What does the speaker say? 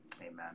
Amen